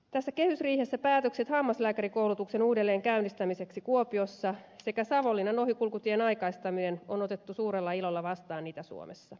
tässä kehysriihessä päätökset hammaslääkärikoulutuksen uudelleenkäynnistämiseksi kuopiossa sekä savonlinnan ohikulkutien aikaistaminen on otettu suurella ilolla vastaan itä suomessa